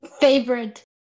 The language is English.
favorite